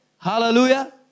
Hallelujah